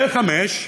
ו-5.